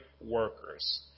workers